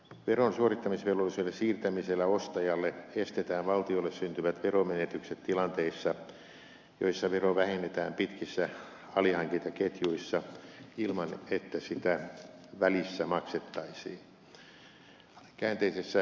veron suorittamisvelvollisuuden siirtämisellä ostajalle estetään valtiolle syntyvät veronmenetykset tilanteissa joissa vero vähennetään pitkissä alihankintaketjuissa ilman että sitä välissä maksettaisiin